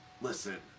Listen